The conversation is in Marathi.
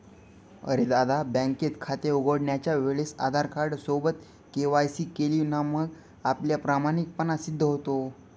अरे दादा, बँकेत खाते उघडण्याच्या वेळेस आधार कार्ड सोबत के.वाय.सी केली ना मग आपला प्रामाणिकपणा सिद्ध होतो